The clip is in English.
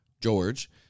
George